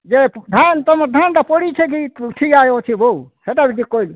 ଯେ ଧାନ୍ ତମ ଧାନ୍ଟା ପଡ଼ିଛି କି ଠିଆ ହୋଇଅଛି ହୋ ସେଇଟା ବି କହିଦିଅ